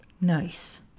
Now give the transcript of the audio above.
Nice